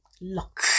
Lock